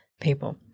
people